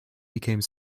became